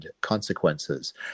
consequences